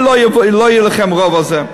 הרי אתם יודעים שלא יהיה לכם רוב על זה.